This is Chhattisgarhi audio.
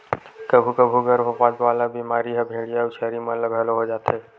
कभू कभू गरभपात वाला बेमारी ह भेंड़िया अउ छेरी मन ल घलो हो जाथे